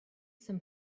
some